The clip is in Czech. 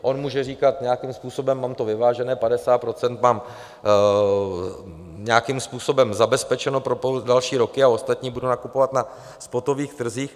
On může říkat, nějakým způsobem to mám vyvážené, 50 % mám nějakým způsobem zabezpečeno na další roky, a ostatní budu nakupovat na spotových trzích.